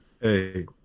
Hey